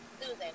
Susan